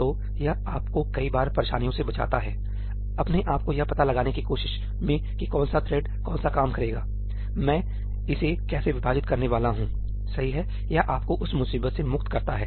तो यह आपको कई बार परेशानियों से बचाता है अपने आप को यह पता लगाने की कोशिश में कि कौन सा थ्रेड् कौन सा काम करेगा मैं इसे कैसे विभाजित करने वाला हूं सही है यह आपको उस मुसीबत से मुक्त करता है